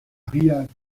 riyad